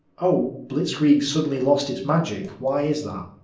oh, blitzkrieg suddenly lost its magic. why is that?